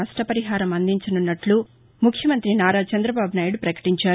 నష్ట పరిహారం అందించనున్నట్లు ముఖ్యమంతి నారా చంద్రబాబు నాయుడు ప్రకటించారు